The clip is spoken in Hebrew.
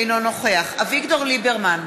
אינו נוכח אביגדור ליברמן,